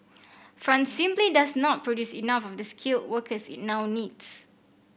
France simply does not produce enough of the skilled workers it now needs